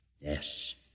Yes